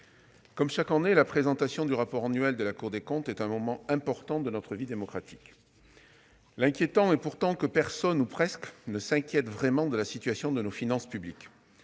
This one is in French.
comme chaque année, la présentation du rapport public annuel de la Cour des comptes est un moment important de notre vie démocratique. Ce qui me paraît préoccupant, c'est que personne ou presque ne s'inquiète vraiment de la situation de nos finances publiques.